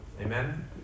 Amen